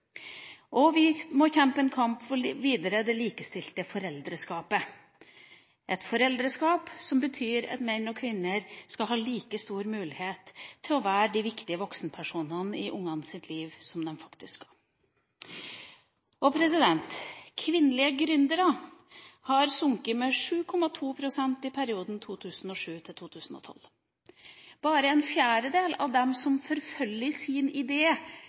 videre for det likestilte foreldreskapet. Det betyr at menn og kvinner skal ha like stor mulighet til å være de viktige voksenpersonene i barnas liv som de faktisk skal være. Antallet kvinnelige gründere har sunket med 7,2 pst. i perioden 2007–2012. Bare en fjerdedel – 25 pst. – av dem som forfølger sin